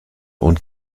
und